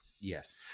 Yes